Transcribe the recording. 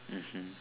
mmhmm